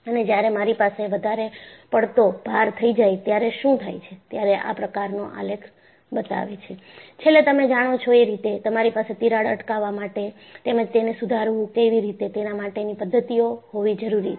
અને જ્યારે મારી પાસે વધારે પડતો ભાર થઇ જાય ત્યારે શું થાય છેત્યારે આ પ્રકાર નો આલેખ બતાવે છે છેલ્લે તમે જાણો છોએ રીતે તમારી પાસે તિરાડ અટકાવ માટે તેમજ તેને સુધારવું કેવી રીતે તેના માટેની પદ્ધતિઓ હોવી જરૂરી છે